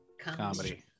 Comedy